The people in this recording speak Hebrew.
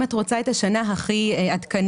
אם את רוצה את השנה הכי עדכנית,